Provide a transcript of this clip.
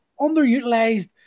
underutilized